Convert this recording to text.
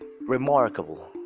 remarkable